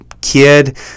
kid